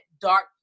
dark